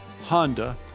Honda